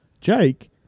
Jake